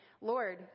Lord